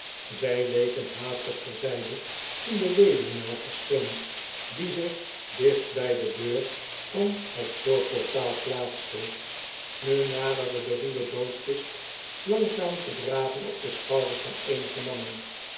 zij weken haastig ter zijde toen de weduwnaar verscheen die zich dicht bij de deur van het voorportaal plaatste nu naderde de ruwe doodkist langzaam gedragen op de schouders van eenige mannen